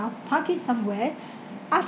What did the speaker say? park it somewhere